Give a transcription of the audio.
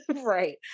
right